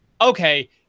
okay